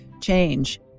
change